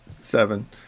seven